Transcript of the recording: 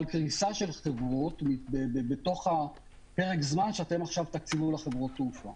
קריסת חברות בתוך פרק הזמן שתקציבו לחברות התעופה.